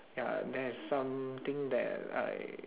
ya that is something that I